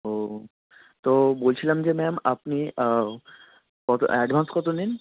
ও তো বলছিলাম যে ম্যাম আপনি কত এডভান্স কত নেন